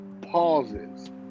pauses